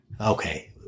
Okay